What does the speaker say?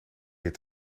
weer